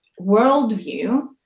worldview